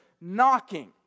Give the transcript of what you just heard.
knocking